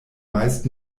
meist